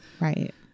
Right